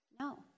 No